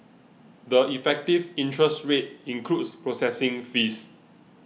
the effective interest rate includes processing fees